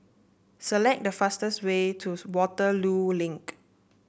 select the fastest way twos Waterloo Link